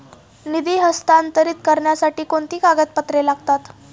निधी हस्तांतरित करण्यासाठी कोणती कागदपत्रे लागतात?